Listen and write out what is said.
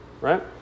Right